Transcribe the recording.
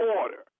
order